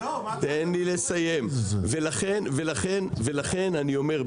ולכן אני אומר,